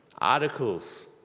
articles